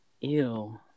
Ew